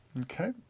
Okay